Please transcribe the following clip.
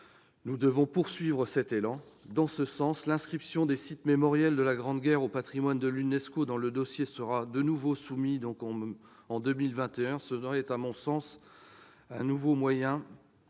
Nous devons poursuivre sur cet élan. À mon sens, l'inscription des sites mémoriels de la Grande Guerre au patrimoine de l'UNESCO, dont le dossier sera de nouveau soumis en 2021, serait un moyen